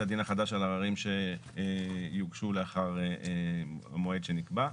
הדין החדש על עררים שיוגשו לאחר המועד שנקבע.